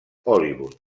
hollywood